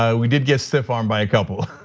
ah we did get stiff armed by a couple,